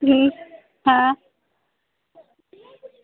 नेईं आं